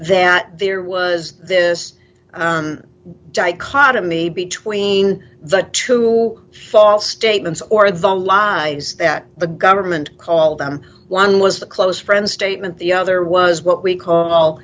that there was this dichotomy between the two false statements or the lives that the government call them one was a close friend statement the other was what we call